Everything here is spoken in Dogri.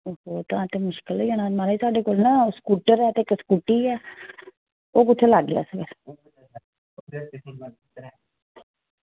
ओ हो तां ते मुशकल होई जाना महाराज साड्ढे कोल न स्कूटर ऐ ते इक स्कूटी ऐ ओह् कु'त्थें लाह्गे अस फिर